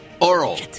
oral